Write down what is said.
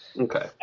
Okay